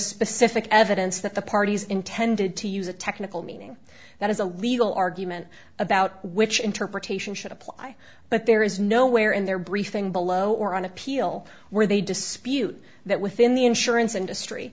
specific evidence that the parties intended to use a technical meaning that is a legal argument about which interpretation should apply but there is nowhere in their briefing below or on appeal where they dispute that within the insurance industry